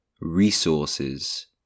Resources